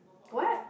what